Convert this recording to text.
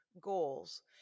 goals